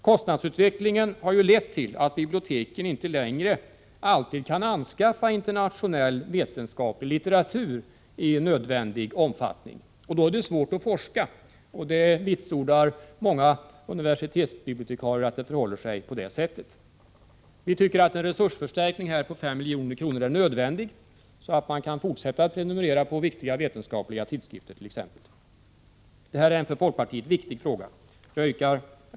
Kostnadsutvecklingen har ju lett till att biblioteken inte längre alltid kan anskaffa internationell vetenskaplig litteratur i nödvändig omfattning. Och då är det svårt att forska. Många universitetsbibliotekarier vitsordar att det förhåller sig på det sättet. Vi tycker att en resursförstärkning på 5 milj.kr. här är nödvändig, så att man kan fortsätta att prenumerera på t.ex. viktiga vetenskapliga tidskrifter. Det här är en för folkpartiet viktig fråga. Herr talman!